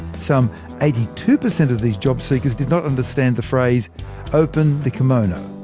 some eighty two percent of these jobseekers did not understand the phrase open the kimono.